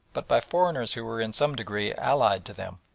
but by foreigners who were in some degree allied to them.